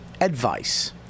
advice